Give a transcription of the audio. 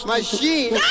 Machine